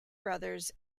brothers